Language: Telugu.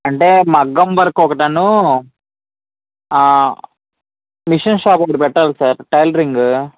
అంటే మగ్గం వర్క్ ఒకటి ఆ మిషన్ షాప్ ఒకటి పెట్టాలి సార్ టైలరింగు